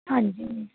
ਹਾਂਜੀ